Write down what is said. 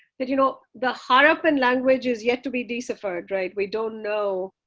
that you know, the harappan language is yet to be deciphered, right. we don't know.